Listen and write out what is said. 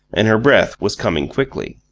and her breath was coming quickly.